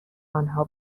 آنها